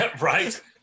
Right